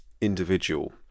individual